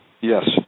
Yes